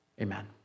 Amen